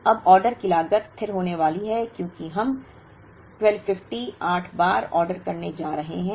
अब ऑर्डर की लागत स्थिर होने वाली है क्योंकि हम 1250 आठ बार ऑर्डर करने जा रहे हैं